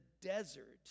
desert